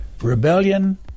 rebellion